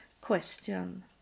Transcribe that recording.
question